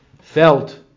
felt